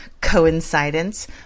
coincidence